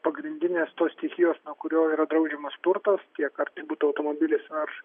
pagrindinės tos stichijos nuo kurio yra draudžiamas turtas tiek ar tai būtų automobilis ar